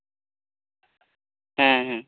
ᱦᱮᱸ ᱦᱮᱸ